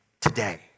today